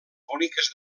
boniques